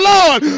Lord